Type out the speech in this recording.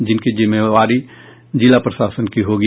जिसकी जिम्मेदारी जिला प्रशासन की होगी